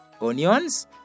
onions